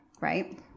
Right